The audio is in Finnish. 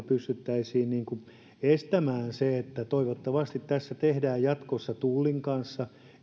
pystyttäisiin estämään se toivottavasti tässä tehdään jatkossa yhteistyötä erityisesti tullin kanssa